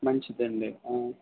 మంచిది అండి ఆ